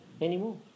anymore